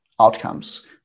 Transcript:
outcomes